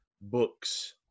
books